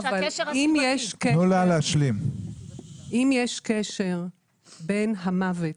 אבל אם יש קשר בין המוות